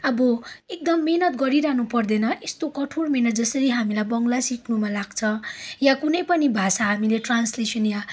अब एकदम मिहिनेत गरिरहनु पर्दैन यस्तो कठोर मिहिनेत जसरी हामीलाई बङ्गला सिक्नुमा लाग्छ या कुनै पनि भाषा हामीले ट्रान्सलेसन या